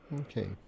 Okay